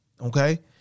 okay